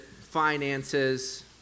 finances